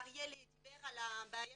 אריאל דיבר על הבעיה